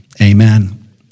Amen